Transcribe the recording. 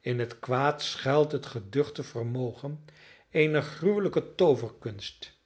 in het kwaad schuilt het geduchte vermogen eener gruwelijke tooverkunst